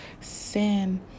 sin